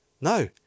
no